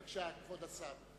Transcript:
בבקשה, כבוד השר.